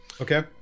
Okay